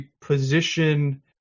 position